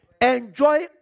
Enjoy